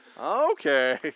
Okay